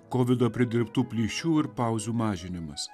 kovido pridirbtų plyšių ir pauzių mažinimas